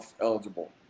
eligible